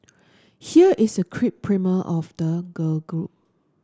here is a quick primer of the girl group